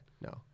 no